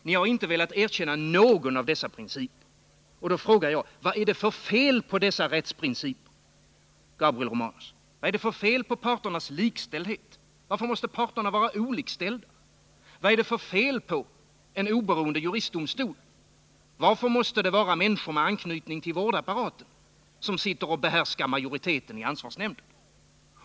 Ni har inte velat erkänna någon av dessa principer. Då frågar jag: Vad är det för fel på dessa rättsprinciper, Gabriel Romanus? Vad är det för fel på principen om parternas likställighet? Varför måste parterna vara olikställda? Vad är det för fel på en oberoende juristdomstol? Varför måste det vara människor med anknytning till vårdapparaten som behärskar majoriteten i ansvarsnämnden?